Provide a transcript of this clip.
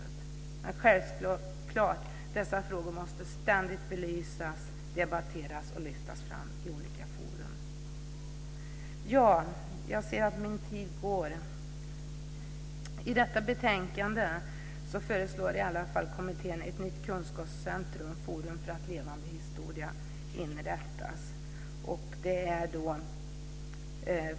Men självklart måste dessa frågor ständigt belysas, debatteras och lyftas fram i olika forum. I detta betänkande föreslår kommittén att ett nytt kunskapscentrum, Forum för levande historia, inrättas.